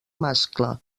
mascle